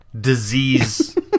disease